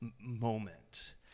moment